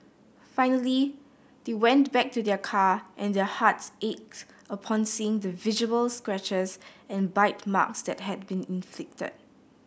finally they went back to their car and their hearts aches upon seeing the visible scratches and bite marks that had been inflicted